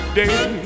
day